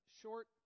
short